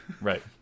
Right